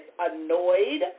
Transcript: annoyed